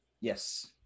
Yes